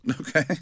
Okay